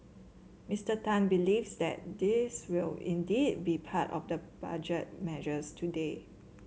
Mister Tan believes that these will indeed be part of the Budget measures today